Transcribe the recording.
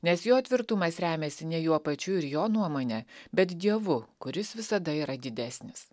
nes jo tvirtumas remiasi ne juo pačiu ir jo nuomone bet dievu kuris visada yra didesnis